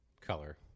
color